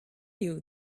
you